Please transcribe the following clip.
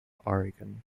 oregon